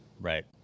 Right